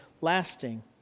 lasting